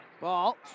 Ball